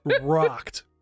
rocked